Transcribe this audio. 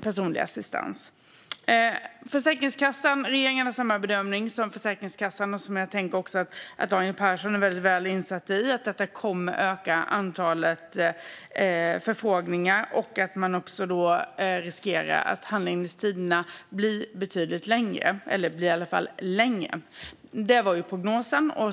personlig assistans. Regeringen gör samma bedömning som Försäkringskassan, och som jag tänker att Daniel Persson är väl insatt i, nämligen att detta kommer att öka antalet förfrågningar och därmed kommer handläggningstiderna att bli betydligt längre. Det var prognosen.